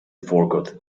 forgot